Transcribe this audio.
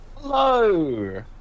Hello